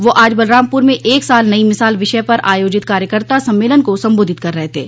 वह आज बलरामपुर में एक साल नई मिसाल विषय पर आयोजित कार्यकर्ता सम्मेलन को संबाधित कर रहे थे